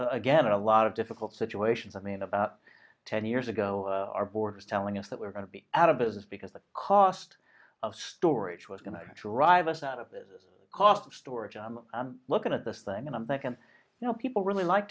again a lot of difficult situations i mean about ten years ago our board was telling us that we're going to be out of business because the cost of storage was going to drive us out of the cost of storage i'm looking at this thing and i'm like and you know people really like